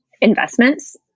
investments